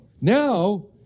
Now